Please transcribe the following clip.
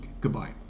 Goodbye